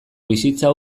bizitza